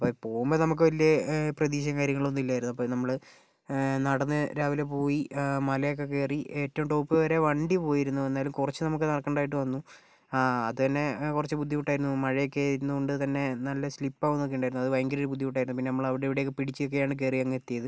അപ്പോൾ പോകുമ്പോൾ നമുക്ക് വലിയ പ്രതീക്ഷയും കാര്യങ്ങളൊന്നും ഇല്ലായിരുന്നു അപ്പോൾ നമ്മള് നടന്ന് രാവിലെ പോയി മലയൊക്കെ കയറി ഏറ്റവും ടോപ്പ് വരെ വണ്ടി പോയിരുന്നു എന്നാലും കുറച്ച് നമുക്ക് നടക്കേണ്ടതായിട്ട് വന്നു അതെന്നെ കുറച്ച് ബുദ്ധിമുട്ടായിരുന്നു മഴയൊക്കെ ആയിരുന്നതുകൊണ്ട് തന്നെ നല്ല സ്ലിപ് ആകുന്നൊക്കെയുണ്ടായിരുന്നു അത് ഭയങ്കര ബുദ്ധിമുട്ടായിരുന്നു പിന്നെ നമ്മള് അവിടെയും ഇവിടെയും പിടിച്ചൊക്കെയാണ് കയറി അങ്ങെത്തിയത്